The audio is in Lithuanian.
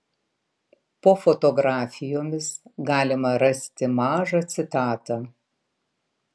po fotografijomis galima rasti mažą citatą